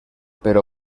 per